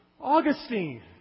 Augustine